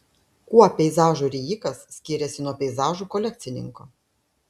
kuo peizažų rijikas skiriasi nuo peizažų kolekcininko